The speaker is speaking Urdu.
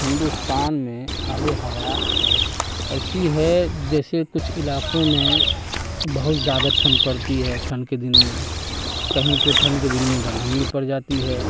ہندوستان میں آب و ہوا ایسی ہے جیسے کچھ علاقوں میں بہت زیادہ ٹھنڈ پڑتی ہے ٹھنڈ کے دن میں کہیں پہ ٹھنڈ کے دن میں گرمی بھی پڑ جاتی ہے